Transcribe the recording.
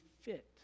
fit